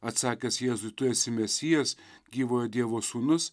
atsakęs jėzui tu esi mesijas gyvojo dievo sūnus